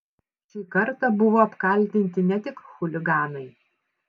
šį kartą buvo apkaltinti ne tik chuliganai